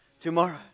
tomorrow